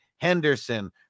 Henderson